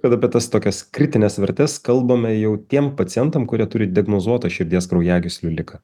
kad apie tas tokias kritines vertes kalbame jau tiem pacientam kurie turi diagnozuotą širdies kraujagyslių ligą